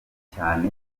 cyane